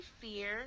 fear